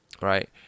right